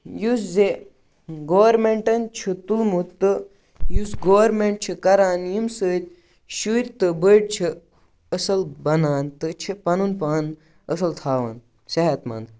یُس زِ گورمٮ۪نٛٹَن چھُ تُلمُت تہٕ یُس گورمٮ۪نٛٹ چھِ کَران ییٚمہِ سۭتۍ شُرۍ تہٕ بٔڑۍ چھِ اَصٕل بَنان تہٕ چھِ پَنُن پان اَصٕل تھاوان صحت منٛد